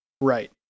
right